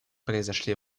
произошли